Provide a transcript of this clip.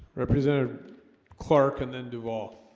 representative clark and then duvall